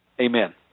Amen